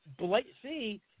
see